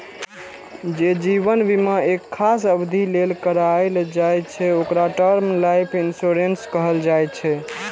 जे जीवन बीमा एक खास अवधि लेल कराएल जाइ छै, ओकरा टर्म लाइफ इंश्योरेंस कहल जाइ छै